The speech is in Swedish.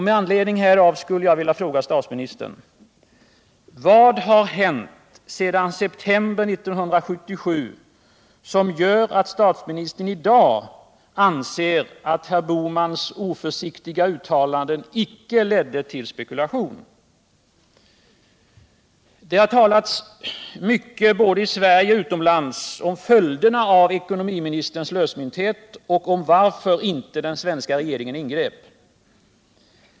Med anledning härav vill jag fråga statsministern: Vad har hänt sedan september 1977, som gör att statsministern i dag anser att herr Bohmans oförsiktiga uttalanden icke ledde till valutaspekulation? Det har talats mycket både i Sverige och utomlands om följderna av ekonomiministerns lösmynthet och om varför inte den svenska regeringen ingrep.